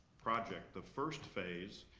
project. the first phase,